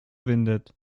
windet